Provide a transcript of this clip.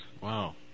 wow